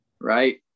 right